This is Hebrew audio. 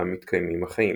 בה מתקיימים החיים.